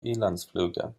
inlandsflüge